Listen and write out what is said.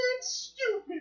stupid